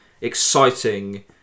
exciting